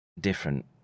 different